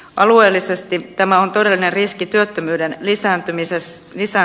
alueellisesti tämä on todellinen riski työttömyyden lisääntymiselle